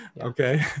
okay